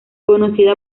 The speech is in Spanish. conocida